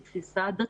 שהיא גם תפיסה דתית,